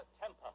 Temper